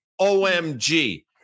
Omg